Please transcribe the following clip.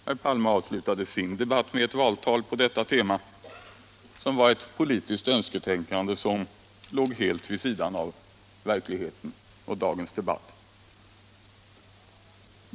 Herr Palme avslutade sin debatt med ett valtal på detta tema, som var ett politiskt önsketänkande som låg helt vid sidan av verkligheten och dagens debatt.